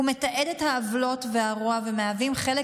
הוא מתעד את העוולות והרוע המהווים חלק